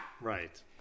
Right